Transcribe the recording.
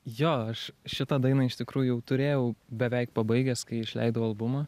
jo aš šitą dainą iš tikrųjų jau turėjau beveik pabaigęs kai išleidau albumą